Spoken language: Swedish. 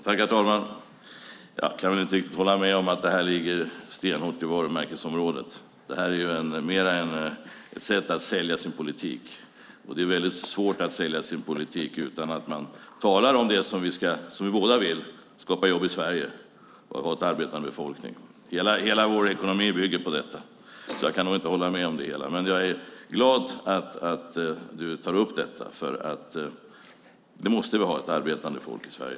Herr talman! Jag kan inte hålla med om att detta ligger stenhårt i varumärkesområdet. Det är ju mer ett sätt att sälja sin politik. Det är väldigt svårt att sälja sin politik utan att tala om det som vi båda vill, nämligen skapa jobb i Sverige och ha en arbetande befolkning. Hela vår ekonomi bygger på det. Jag är glad att du tar upp detta. Vi måste ha ett arbetande folk i Sverige.